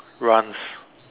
runs